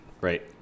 Right